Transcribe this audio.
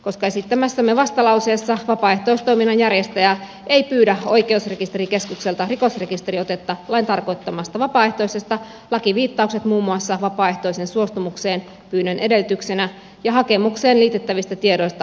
koska esittämässämme vastalauseessa vapaaehtoistoiminnan järjestäjä ei pyydä oikeusrekisterikeskukselta rikosrekisteriotetta lain tarkoittamasta vapaaehtoisesta lakiviittaukset muun muassa vapaaehtoisen suostumukseen pyynnön edellytyksenä ja hakemukseen liitettävistä tiedoista tulevat tarpeettomiksi